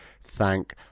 thank